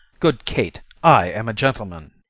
good kate i am a gentleman.